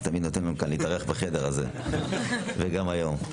תמיד נותן לנו להתארח בחדר הזה וכך גם היום.